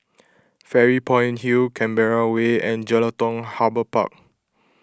Fairy Point Hill Canberra Way and Jelutung Harbour Park